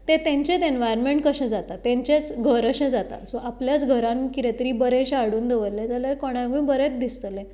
तें तांचेंच एनवायर्मेंट कशें जाता तांचेंच घर अशें जाता सो आपल्याच घरांत कितें तरी बरेशें हाडून दवरलें जाल्यार कोणाकूय बरेंच दिसतलें